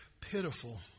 pitiful